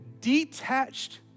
detached